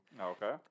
Okay